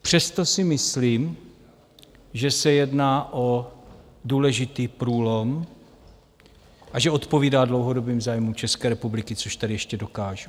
Přesto si myslím, že se jedná o důležitý průlom a že odpovídá dlouhodobým zájmům České republiky, což tady ještě dokážu.